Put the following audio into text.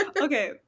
okay